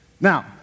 Now